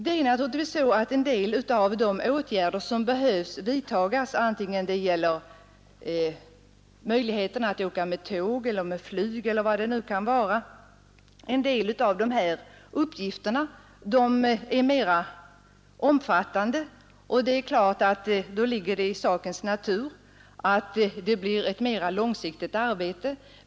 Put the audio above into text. Det är naturligtvis så att en del av de åtgärder som behöver vidtas — vare sig det gäller möjligheten att åka med tåg, buss eller med flyg eller vad det nu kan vara — är mera omfattande än andra. Då ligger det i sakens natur att det blir ett mera långsiktigt arbete.